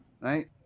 right